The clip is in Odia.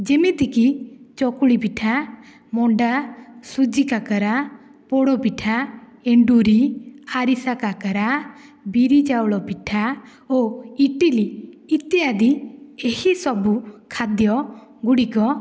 ଯେମିତି କି ଚକୁଳି ପିଠା ମଣ୍ଡା ସୁଝି କାକରା ପୋଡ଼ ପିଠା ଏଣ୍ଡୁରି ଆରିସା କାକରା ବିରି ଚାଉଳ ପିଠା ଓ ଇଟିଲି ଇତ୍ୟାଦି ଏହିସବୁ ଖାଦ୍ୟ ଗୁଡ଼ିକ